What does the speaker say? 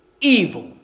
evil